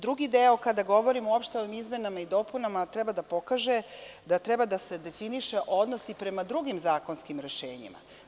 Drugi deo, kada govorimo uopšte o ovim izmenama i dopunama, treba da pokaže da treba da se definiše odnos i prema drugim zakonskim rešenjima.